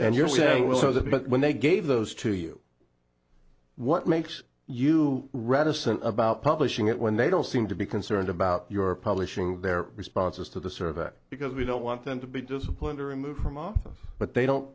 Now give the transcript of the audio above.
and you're saying well so the but when they gave those to you what makes you reticent about publishing it when they don't seem to be concerned about your publishing their responses to the survey because we don't want them to be disciplined or removed from office but they don't